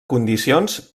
condicions